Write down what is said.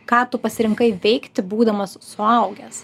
ką tu pasirinkai veikti būdamas suaugęs